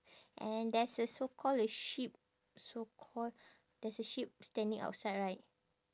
and there's a so call a sheep so call there's a sheep standing outside right